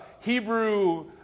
Hebrew